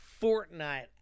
Fortnite